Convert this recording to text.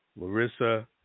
Larissa